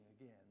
again